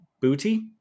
Booty